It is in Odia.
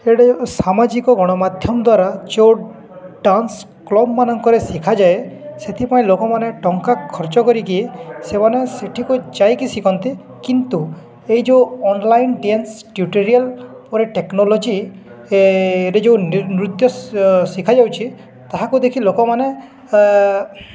ଏଇଠି ସାମାଜିକ ଗଣମାଧ୍ୟମ ଦ୍ୱାରା ଯେଉଁ ଡାନ୍ସ କ୍ଲବ୍ ମାନଙ୍କରେ ଶିଖାଯାଏ ସେଥିପାଇଁ ଲୋକମାନେ ଟଙ୍କା ଖର୍ଚ୍ଚ କରିକି ସେମାନେ ସେଠିକୁ ଯାଇକି ଶିଖନ୍ତି କିନ୍ତୁ ଏଇ ଯେଉଁ ଅନଲାଇନ୍ ଡ୍ୟାନ୍ସ ଟିୟୁଟୋରିଆଲ ପରେ ଟେକ୍ନୋଲୋଜିରେ ଯେଉଁ ନୃତ୍ୟ ଶିଖାଯାଉଛି ତାହାକୁ ଦେଖି ଲୋକମାନେ